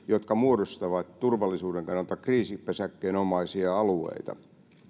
jotka muodostavat turvallisuuden kannalta kriisipesäkkeenomaisia alueita